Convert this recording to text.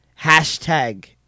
hashtag